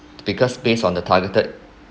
because based on the targeted